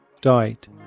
died